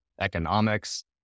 economics